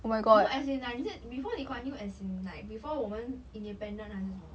no as in like before lee kuan yew as in like before 我们 independent 还是什么